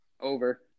Over